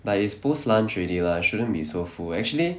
but it's post lunch already lah shouldn't be so full actually